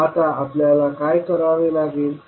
आता आपल्याला काय करावे लागेल